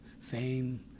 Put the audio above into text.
fame